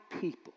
people